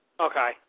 Okay